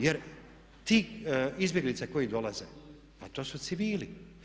Jer ti izbjeglice koji dolaze pa to su civili.